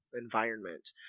environment